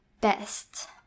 best